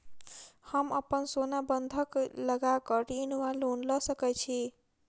हम अप्पन सोना बंधक लगा कऽ ऋण वा लोन लऽ सकै छी?